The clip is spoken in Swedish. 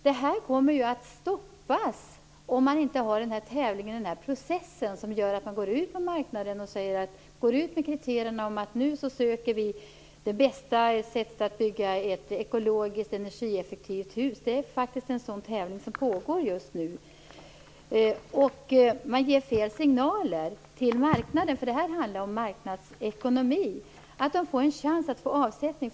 Det här kommer ju att stoppas om man inte har den här tävlingen, den process där man går ut på marknaden och säger: Nu söker vi det bästa sättet att bygga ett ekologiskt och energieffektivt hus. Det pågår faktiskt en sådan tävling just nu. Man ger fel signaler till marknaden. Det här handlar om marknadsekonomi, om att ha en chans att få avsättning.